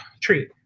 treat